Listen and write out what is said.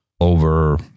over